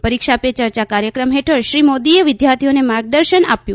પરીક્ષા પે ચર્ચા કાર્યક્રમ હેઠળ શ્રી મોદીએ વિદ્યાર્થીઓને માર્ગદર્શક આપ્યું